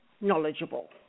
knowledgeable